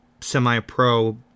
semi-pro